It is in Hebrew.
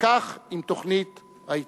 וכן עם תוכנית ההתנתקות.